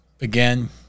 Again